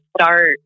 start